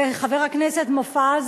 וחבר הכנסת מופז